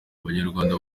abanyarwanda